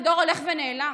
זה דור הולך ונעלם,